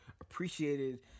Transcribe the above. appreciated